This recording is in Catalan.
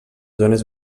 zones